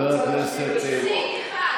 את זיכרון.